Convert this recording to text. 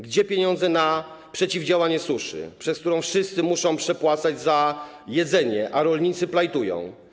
Gdzie pieniądze na przeciwdziałanie suszy, przez którą wszyscy muszą przepłacać za jedzenie, a rolnicy plajtują?